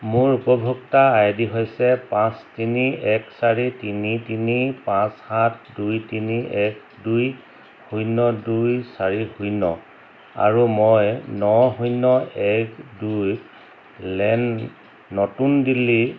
মোৰ উপভোক্তা I D হৈছে পাঁচ তিনি এক চাৰি তিনি তিনি পাঁচ সাত দুই তিনি এক দুই শূন্য দুই চাৰি শূন্য আৰু মই ন শূন্য এক দুই লেন নতুন দিল্লী